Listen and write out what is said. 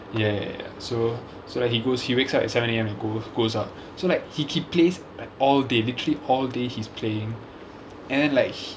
ya ya ya so so like he goes he wakes up at seven A_M go goes up so like he he plays like all day literally all day he's playing and then like